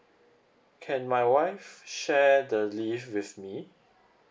can my wife share the leave with me